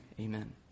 amen